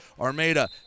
Armada